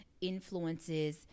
influences